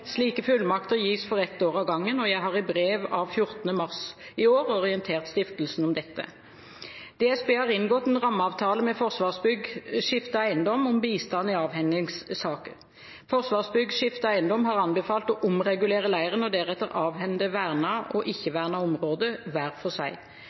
Slike fullmakter gis for ett år av gangen. Jeg har i brev av 14. mars i år orientert stiftelsen om dette. DSB har inngått en rammeavtale med Forsvarsbygg Skifte eiendom om bistand i avhendingssaken. Forsvarsbygg Skifte eiendom har anbefalt å omregulere leiren og deretter avhende vernet og